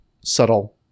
subtle